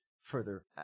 further